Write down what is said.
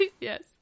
yes